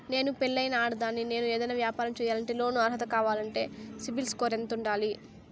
నేను పెళ్ళైన ఆడదాన్ని, నేను ఏదైనా వ్యాపారం సేయాలంటే లోను అర్హత కావాలంటే సిబిల్ స్కోరు ఎంత ఉండాలి?